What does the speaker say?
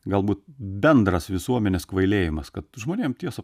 galbūt bendras visuomenės kvailėjimas kad žmonėm tiesą